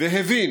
והבין